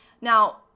Now